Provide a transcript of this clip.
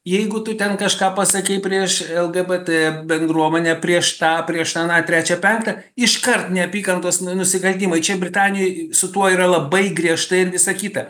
jeigu tu ten kažką pasakei prieš lgbt bendruomenę prieš tą prieš aną trečią penktą iškart neapykantos nu nusikaltimai čia britanijoj su tuo yra labai griežtai ir visa kita